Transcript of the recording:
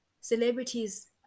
celebrities